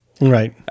Right